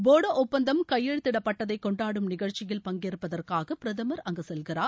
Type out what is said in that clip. போடோ ஒப்பந்தம் கையெழுத்திடப்பட்டதை கொண்டாடும் நிகழ்ச்சியில் பங்கேற்பதற்காக பிரதமா் அங்கு செல்கிறார்